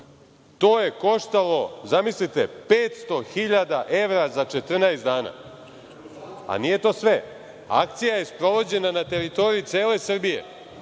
to je koštalo, zamislite, 500.000 evra za 14 dana. Nije to sve. Akcija je sprovođena na teritoriji cele Srbije,